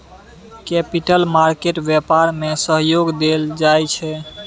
capital market व्यापार में सहयोग देल जाइ छै